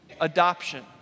adoption